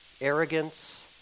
arrogance